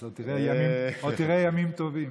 עוד תראה ימים טובים.